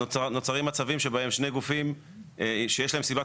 נוצרים מצבים שבהם שני גופים שיש להם סיבה